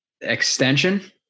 Extension